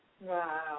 Wow